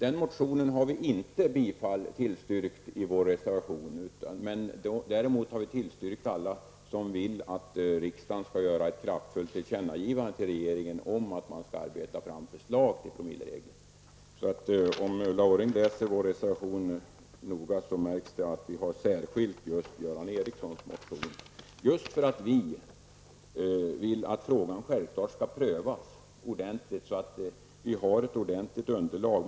Den motionen har vi inte tillstyrkt i vår reservation. Däremot har vi tillstyrkt alla som går ut på att riksdagen skall göra ett kraftfullt tillkännagivande för regeringen om att det bör arbetas fram förslag om promilleregler. Om Ulla Orring läser vår reservation noga, skall hon märka att vi särskilt har tagit ställning till Göran Ericssons motion och detta just därför att vi naturligtvis vill att frågan skall prövas ordentligt, så att det finns ett bra underlag.